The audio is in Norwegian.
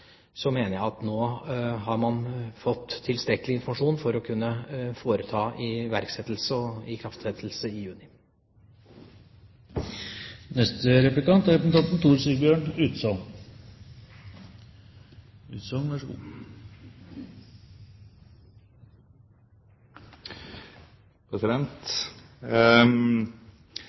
mener jeg at man nå har fått tilstrekkelig informasjon for å kunne foreta iverksettelse og ikrafttredelse i juni.